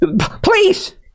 Please